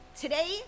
Today